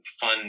fun